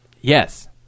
Yes